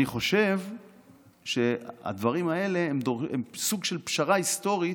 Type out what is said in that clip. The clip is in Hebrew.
אני חושב שהדברים האלה הם סוג של פשרה היסטורית,